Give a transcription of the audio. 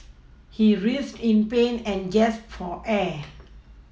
he writhed in pain and gasped for air